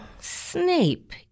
Snape